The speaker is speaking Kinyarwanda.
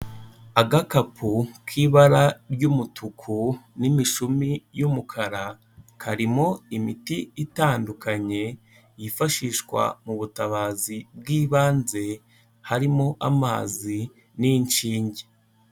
Agakapu k'ibara ry'umutuku n'imishumi y'umukara, karimo imiti itandukanye, yifashishwa mu butabazi bw'ibanze, harimo amazi n'inshinge.